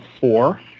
four